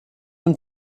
und